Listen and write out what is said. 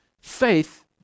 faith